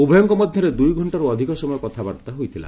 ଉଭୟଙ୍କ ମଧ୍ୟରେ ଦୁଇ ଘଙ୍କାରୁ ଅଧିକ ସମୟ କଥାବାର୍ତ୍ତା ହୋଇଥିଲା